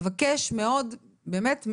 אבקש מאוד ובאמת,